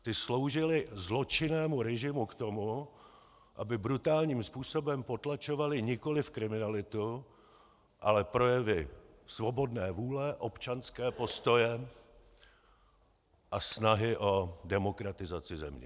Ti sloužili zločinnému režimu k tomu, aby brutálním způsobem potlačovali nikoliv kriminalitu, ale projevy svobodné vůle, občanské postoje a snahy o demokratizaci země.